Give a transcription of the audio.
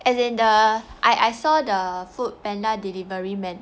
as in the I saw the Foodpanda delivery man